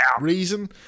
reason